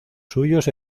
suyos